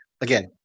Again